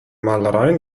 malereien